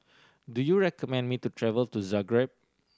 do you recommend me to travel to Zagreb